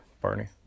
Barney